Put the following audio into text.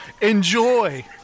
enjoy